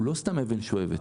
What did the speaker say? הוא לא סתם אבן שואבת,